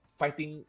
fighting